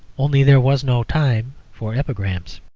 only there was no time for epigrams.